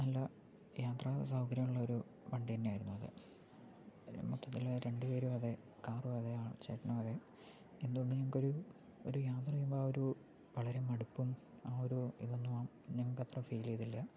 നല്ല യാത്ര സൗകര്യമുള്ള ഒരു വണ്ടി തന്നെയായിരുന്നു അത് മൊത്തത്തിൽ രണ്ട് പേരും അതേ കാറും അതെ ആ ചേട്ടനും അതെ എന്തുകൊണ്ടും ഞങ്ങൾക്കൊരു ഒരു യാത്ര ചെയ്യുമ്പോൾ ആ ഒരു വളരെ മടുപ്പും ആ ഒരു ഇതൊന്നും ഞങ്ങൾക്ക് അത്ര ഫീൽ ചെയ്തില്ല